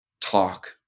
talk